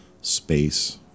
space